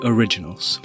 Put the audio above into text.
Originals